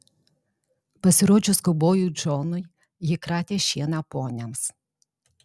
pasirodžius kaubojui džonui ji kratė šieną poniams